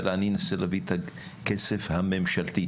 אני אנסה להביא את הכסף הממשלתי,